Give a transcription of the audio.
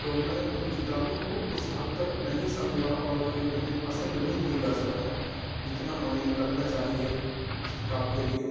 تو میں ان کتابوں کو اس حد تک نہیں سمجھا اور پھر انہیں پسند بھی نہیں کر سکا جتنا ہمیں کرنا چاہیے اس کتاب کے لیے